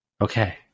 Okay